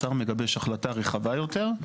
הוא מקבל החלטה רחבה יותר,